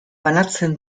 banatzen